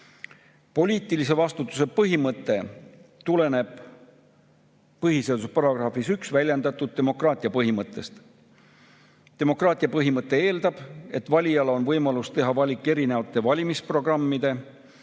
Poliitilise vastutuse põhimõte tuleneb PS §-s 1 väljendatud demokraatia põhimõttest. Demokraatia põhimõte eeldab, et valijal on võimalus teha valik eri valimisprogrammide